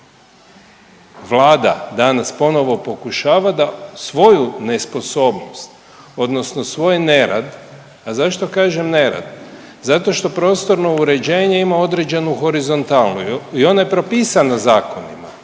Vlada danas ponovo pokušava da svoju nesposobnost odnosno svoj nerad, a zašto kažem nerad, zato što prostorno uređenje ima određenu horizontalu i ona je propisana zakonima